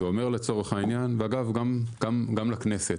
ואגב, גם לכנסת.